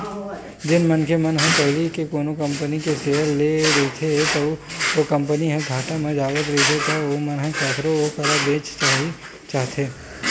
जेन मनखे मन ह पहिली ले कोनो कंपनी के सेयर ल लेए रहिथे अउ ओ कंपनी ह घाटा म जावत रहिथे त ओमन ह कखरो करा बेंचना चाहथे